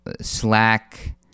Slack